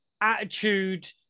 attitude